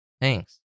Thanks